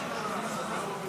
שר בממשלה הזאת,